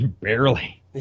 barely